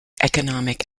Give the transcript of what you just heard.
economic